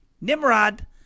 Nimrod